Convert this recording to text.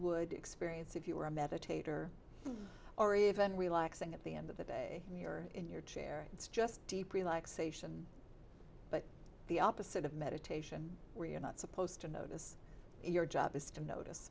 would experience if you were a meditator or even relaxing at the end of the day when you're in your chair it's just deep relaxation but the opposite of meditation where you're not supposed to notice your job is to notice